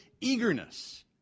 eagerness